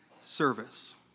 service